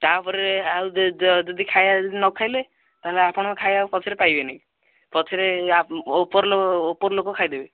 ତାପରେ ଆଉ ଯେ ଯ ଯଦି ଖାଇବା ଯଦି ନ ଖାଇଲେ ତାହେଲେ ଆପଣଙ୍କ ଖାଇବା ଆଉ ପଛରେ ପାଇବେନି ପଛରେ ୟା ଓପର ଲୋକ ଓପର ଲୋକ ଖାଇଦେବେ